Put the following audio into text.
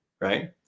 right